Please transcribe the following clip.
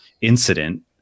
incident